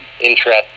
interest